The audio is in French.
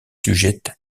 sujette